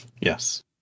Yes